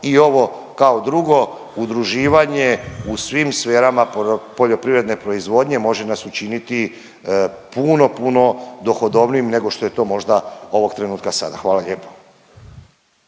I ovo kao drugo, udruživanje u svim sferama poljoprivredne proizvodnje može nas učiniti puno, puno dohodovnijim nego što je to možda ovog trenutka sada. Hvala lijepo.